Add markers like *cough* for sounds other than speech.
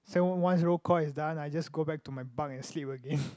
then once roll call is done I just go back to my bunk and sleep again *breath*